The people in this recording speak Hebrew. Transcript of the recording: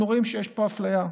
אנחנו רואים שיש פה אפליה,